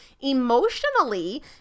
emotionally